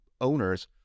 owners